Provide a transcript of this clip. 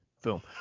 film